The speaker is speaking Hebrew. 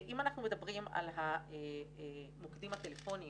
אם אנחנו מדברים על המוקדים הטלפונים,